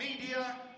media